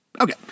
Okay